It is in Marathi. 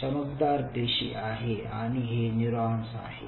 चमकदार पेशी आहे आणि हे न्यूरॉन्स आहेत